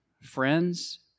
friends